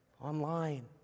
online